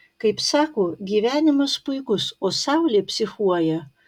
kaip sako gyvenimas puikus o saulė psichuoja